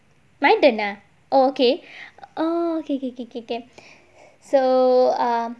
my turn ah oh okay oh okay okay okay okay so um